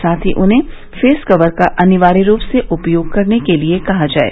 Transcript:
साथ ही उन्हें फेस कवर का अनिवार्य रूप से उपयोग करने के लिये कहा जाये